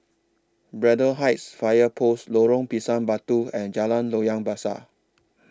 Braddell Heights Fire Post Lorong Pisang Batu and Jalan Loyang Besar